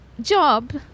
Job